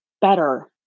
better